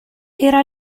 era